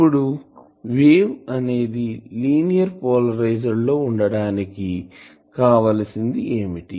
ఇప్పుడు వేవ్ అనేది linear polarised లో ఉండడానికి కావలసింది ఏమిటి